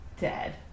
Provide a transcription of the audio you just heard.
Dead